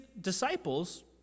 disciples